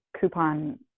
coupon